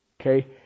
Okay